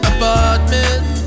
Apartment